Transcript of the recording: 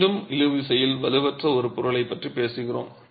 மீண்டும் இழுவிசையில் வலுவற்ற ஒரு பொருளைப் பற்றி பேசுகிறோம்